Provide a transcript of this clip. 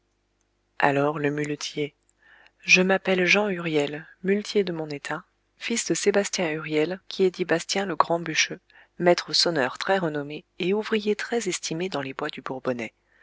alors le muletier je m'appelle jean huriel muletier de mon état fils de sébastien huriel qui est dit bastien le grand bûcheux maître sonneur très renommé et ouvrier très estimé dans les bois du bourbonnais